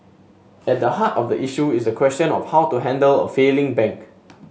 at the heart of the issue is the question of how to handle a failing bank